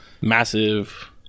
massive